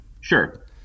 Sure